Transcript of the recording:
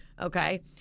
Okay